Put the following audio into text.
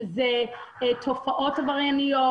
אם אלה תופעות עברייניות,